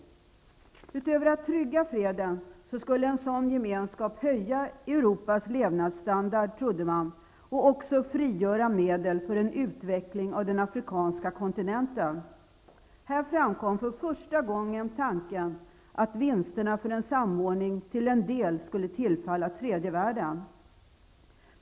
Man trodde att en sådan gemenskap skulle -- utöver att trygga freden -- höja Europas levnadsstandard och också frigöra medel för en utveckling av den afrikanska kontinenten. Här framkom för första gången tanken att att vinsterna för en samordning till en del skulle tillfalla tredje världen.